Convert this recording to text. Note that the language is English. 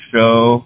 show